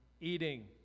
eating